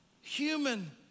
human